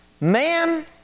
Man